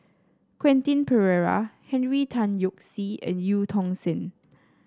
Quentin Pereira Henry Tan Yoke See and Eu Tong Sen